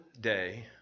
day